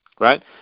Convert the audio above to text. right